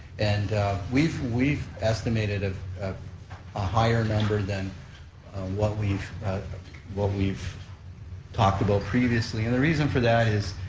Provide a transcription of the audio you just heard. and we've we've estimated a ah higher number than what we've what we've talked about previously, and the reason for that is,